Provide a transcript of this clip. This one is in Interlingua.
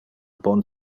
bon